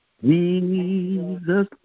Jesus